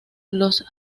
los